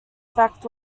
effect